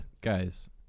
guys